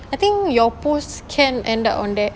I think your posts can end up on there